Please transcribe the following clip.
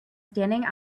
standing